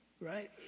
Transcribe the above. Right